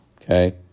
Okay